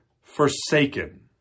forsaken